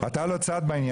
אתה לא צד בעניין.